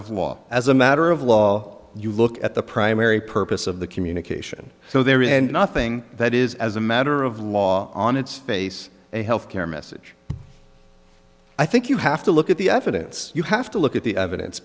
law as a matter of law you look at the primary purpose of the communication so there is nothing that is as a matter of law on its face a health care message i think you have to look at the evidence you have to look at the evidence